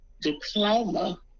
diploma